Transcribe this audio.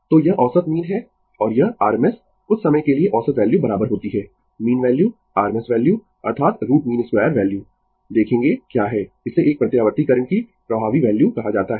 तो यह औसत मीन है और यह RMS कुछ समय के लिए औसत वैल्यू बराबर होती है मीन वैल्यू RMS वैल्यू अर्थात रूट मीन 2 वैल्यू देखेंगें क्या है इसे एक प्रत्यावर्ती करंट की प्रभावी वैल्यू कहा जाता है